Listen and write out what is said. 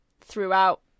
throughout